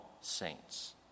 saints